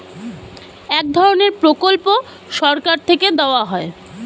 এক ধরনের প্রকল্প সরকার থেকে দেওয়া হয়